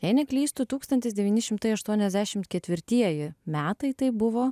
jei neklystu tūkstantis devyni šimtai aštuoniasdešimt ketvirtieji metai tai buvo